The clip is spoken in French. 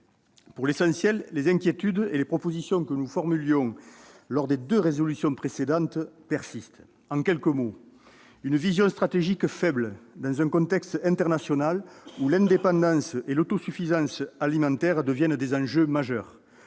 Pour l'essentiel, les inquiétudes et les propositions que nous formulions dans les deux résolutions précédentes persistent. Les voici en quelques mots : une vision stratégique faible dans un contexte international où l'indépendance et l'autosuffisance alimentaires deviennent des enjeux majeurs